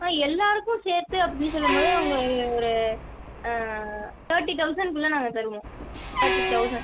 எல்லாேருக்கும் சேர்த்து அப்படினு சொல்லும்போது அவங்க ஒரு தேட்டி தௌசண்ட் குள்ளே நாங்கள் தருவோம் தேட்டி தௌசண்ட்